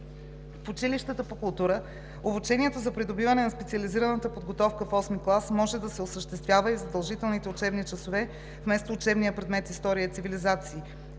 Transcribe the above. В училищата по култура обучението за придобиване на специализирана подготовка в VIII клас може да се осъществява и в задължителните учебни часове вместо учебния предмет история и цивилизации.